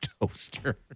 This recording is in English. Toaster